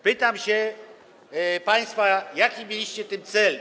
Pytam się państwa, jaki mieliście w tym cel.